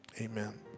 amen